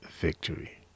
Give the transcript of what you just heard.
Victory